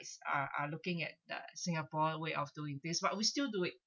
are are looking at the singapore way of doing this but we still do it